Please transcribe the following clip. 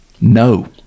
no